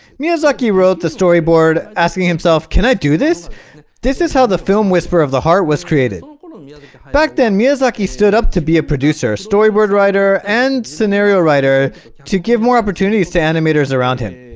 miyazaki wrote the storyboard asking himself can i do this this is how the film whisper of the heart was created um yeah back then miyazaki stood up to be a producer storyboard writer and scenario writer to give more opportunities to animators around him